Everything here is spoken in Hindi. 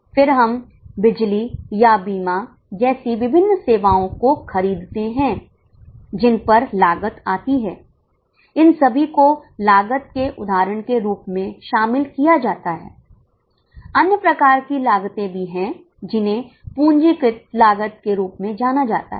फिर हम बिजली या बीमा जैसी विभिन्न सेवाओं को खरीदते हैं जिन पर लागत आती है इन सभी को लागत के उदाहरण के रूप में शामिल किया जाता है अन्य प्रकार की लागतें हैं भी हैं जिन्हें पूंजीगत लागत के रूप में जाना जाता है